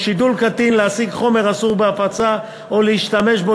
או שידול קטין להשיג חומר אסור בהפצה או להשתמש בו,